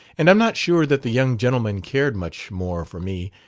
and i'm not sure that the young gentlemen cared much more for me.